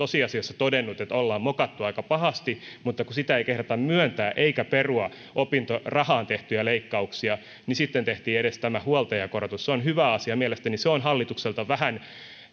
tosiasiassa todennut että ollaan mokattu aika pahasti mutta kun sitä ei kehdata myöntää eikä perua opintorahaan tehtyjä leikkauksia niin sitten tehtiin edes tämä huoltajakorotus se on hyvä asia ja mielestäni se on hallitukselta vähän